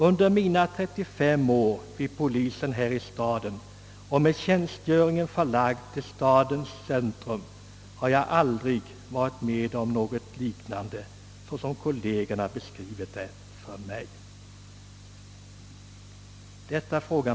Under mina 35 år vid polisen här i staden, och med tjänstgöringen förlagd till stadens centrum, har jag aldrig varit med om något liknande, såsom kollegerna beskrivit det för mig.» Man frågar sig: Var detta nödvändigt?